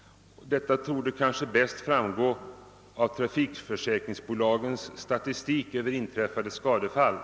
Detta torde bäst framgå av trafikförsäkringsbolagens statistik över inträffade skadefall.